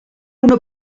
una